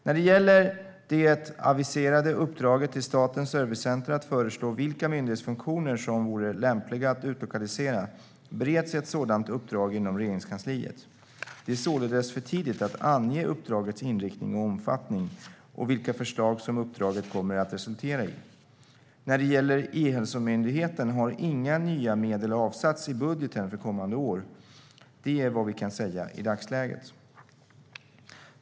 När det gäller det aviserade uppdraget till Statens servicecenter att föreslå vilka myndighetsfunktioner som vore lämpliga att utlokalisera bereds ett sådant uppdrag inom Regeringskansliet. Det är således för tidigt att ange uppdragets inriktning och omfattning och vilka förslag som uppdraget kommer att resultera i. När det gäller E-hälsomyndigheten har inga nya medel avsatts i budgeten för kommande år. Det är vad vi kan säga i dagsläget.